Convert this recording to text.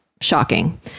shocking